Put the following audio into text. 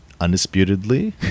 Undisputedly